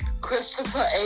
Christopher